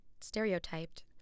stereotyped